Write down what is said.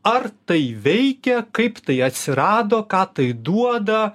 ar tai veikia kaip tai atsirado ką tai duoda